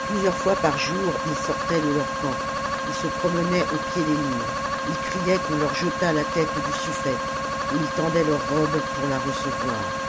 plusieurs fois par jour ils sortaient de leur camp ils se promenaient au pied des murs ils criaient qu'on leur jetât la tête du sulfète et ils tendaient leurs robes pour la recevoir